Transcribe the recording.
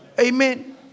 Amen